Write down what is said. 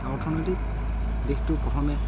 অৰ্থনৈতিক দিশটো প্ৰথমে